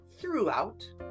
Throughout